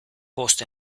bost